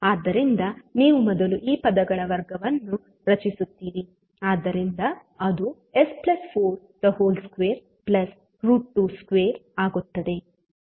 ಆದ್ದರಿಂದ ನೀವು ಮೊದಲು ಈ ಪದಗಳ ವರ್ಗವನ್ನು ರಚಿಸುತ್ತೀರಿ ಆದ್ದರಿಂದ ಅದು s4222 ಆಗುತ್ತದೆ